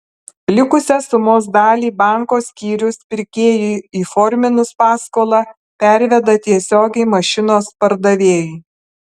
likusią sumos dalį banko skyrius pirkėjui įforminus paskolą perveda tiesiogiai mašinos pardavėjui